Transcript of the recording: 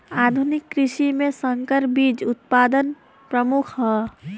आधुनिक कृषि में संकर बीज उत्पादन प्रमुख ह